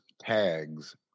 tags